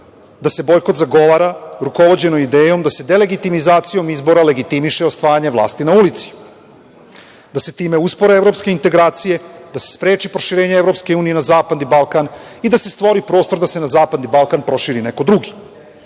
da se bojkot zagovara rukovođeno idejom da se delegitimizacijom izbora legitimiše osvajanje vlasti na ulici, da se time uspore evropske integracije, da se spreči proširenje EU na zapadni Balkan i da se stvori prostor da se na zapadni Balkan proširi neko drugi.